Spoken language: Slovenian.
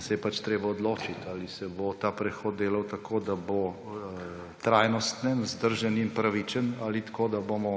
se je treba odločiti, ali se bo ta prehod delal tako, da bo trajnosten, vzdržen in pravičen; ali tako, da bomo